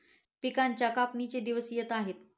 पिकांच्या कापणीचे दिवस येत आहेत